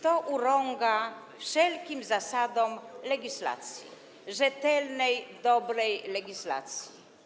To urąga wszelkim zasadom legislacji - rzetelnej, dobrej legislacji.